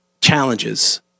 challenges